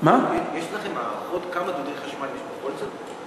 יש לכם הערכות כמה דודי חשמל יש בכל זאת?